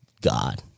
god